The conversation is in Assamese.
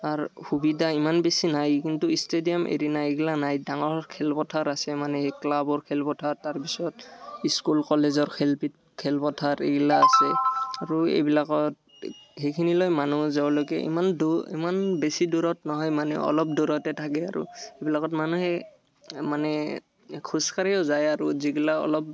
আৰু সুবিধা ইমান বেছি নাই কিন্তু ষ্টেডিয়াম এৰিনা এইগিলা নাই ডাঙৰ খেলপথাৰ আছে মানে ক্লাৱৰ খেলপথাৰ তাৰপিছত স্কুল কলেজৰ খেলপথাৰ এইগিলা আছে আৰু এইবিলাকত সেইখিনিলৈ মানুহ য'লৈকে ইমান দূৰ ইমান বেছি দূৰত নহয় মানে অলপ দূৰতে থাকে আৰু সেইবিলাকত মানে সেই মানে খোজকাঢ়িও যায় আৰু যিগিলা অলপ